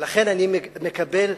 לכן אני מקבל,